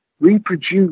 reproduce